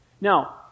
Now